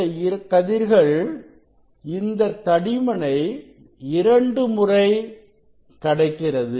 இந்தக் கதிர்கள் இந்த தடிமனைஇரண்டு முறை கடக்கிறது